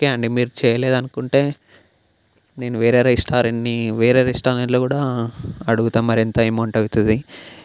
okay అండి మీరు చేయలేదనుకుంటే నేను వేరే రెస్టారెంట్ని వేరే రెస్టారెంట్లో కూడా అడుగుతాం మరెంత ఎమౌంట్ అవుతుంది